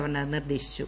governor നിർദേശിച്ചു